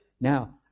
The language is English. Now